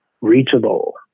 reachable